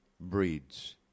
breeds